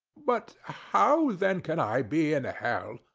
but how then can i be in hell?